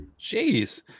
Jeez